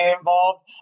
involved